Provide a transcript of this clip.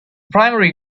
primary